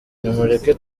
nimureke